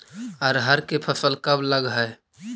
अरहर के फसल कब लग है?